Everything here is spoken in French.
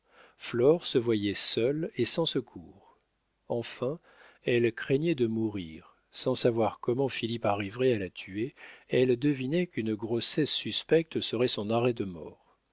flore se voyait seule et sans secours enfin elle craignait de mourir sans savoir comment philippe arriverait à la tuer elle devinait qu'une grossesse suspecte serait son arrêt de mort